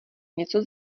něco